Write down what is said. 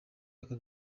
aka